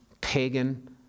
pagan